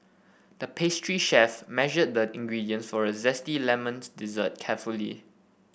the pastry chef measured the ingredients for a zesty lemons dessert carefully